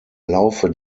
laufe